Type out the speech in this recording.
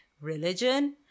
religion